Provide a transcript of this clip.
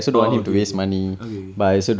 oh okay okay okay okay